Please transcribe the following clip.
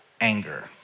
anger